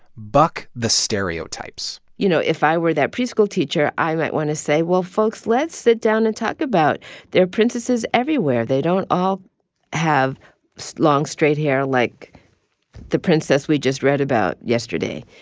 buck the stereotypes you know, if i were that preschool teacher, i might want to say, well, folks, let's sit down and talk about there are princesses everywhere. they don't all have long, straight hair like the princess we just read about yesterday.